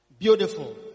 Beautiful